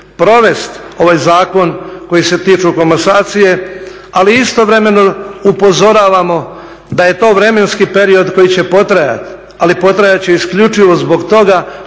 provesti ovaj zakon koji se tiče komasacije, ali istovremeno upozoravamo da je to vremenski period koji će potrajati ali potrajati će isključivo zbog toga